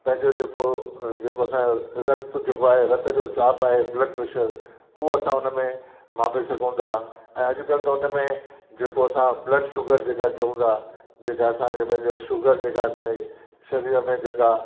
पंहिंजो जेको जेको असांजो रक्त जेको आहे रत जो चाप आहे ब्लड प्रेशर उहो असां उन में मापे सघूं था ऐं अॼु कल्ह त उन में जेको असां ब्लड शुगर जे का चऊं था जे का असांखे पंहिंजो शुगर जेका असांखे शरीर में जेका